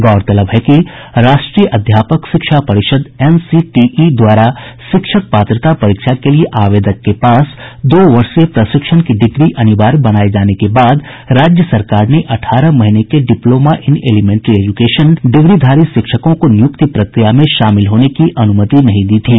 गौरतलब है कि राष्ट्रीय अध्यापक शिक्षा परिषद एनसीटीई द्वारा शिक्षक पात्रता परीक्षा के लिए आवेदक के पास दो वर्षीय प्रशिक्षण की डिग्री अनिवार्य बनाए जाने के बाद राज्य सरकार ने अठारह महीने के डिप्लोमा इन एलिमेंटरी एजुकेशन डिग्रीधारी शिक्षकों को नियुक्ति प्रक्रिया में शामिल होने की अनुमति नहीं दी थी